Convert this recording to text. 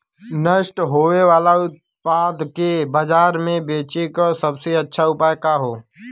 नष्ट होवे वाले उतपाद के बाजार में बेचे क सबसे अच्छा उपाय का हो?